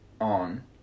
on